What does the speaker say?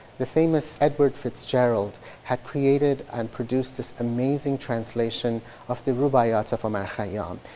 the famous edward fitzgerald had created and produced this amazing translation of the rubayat of omar khayyam,